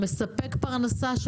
שמספק פרנסה,